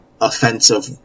offensive